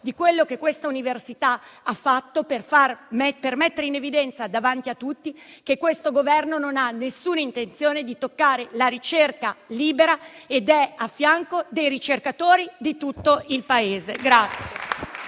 di quello che questa università ha fatto per mettere in evidenza davanti a tutti che questo Governo non ha nessuna intenzione di toccare la ricerca libera ed è a fianco dei ricercatori di tutto il Paese.